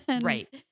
Right